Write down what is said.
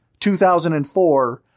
2004